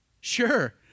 Sure